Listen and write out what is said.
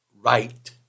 Right